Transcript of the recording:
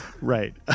Right